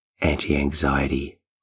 anti-anxiety